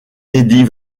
eddie